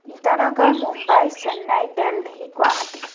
Itanagar Mumbai Chennai Delhi Guwahati